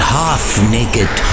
half-naked